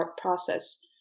process